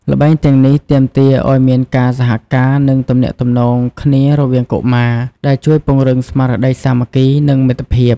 ល្បែងទាំងនេះទាមទារឱ្យមានការសហការ និងទំនាក់ទំនងគ្នារវាងកុមារ ដែលជួយពង្រឹងស្មារតីសាមគ្គី និងមិត្តភាព ។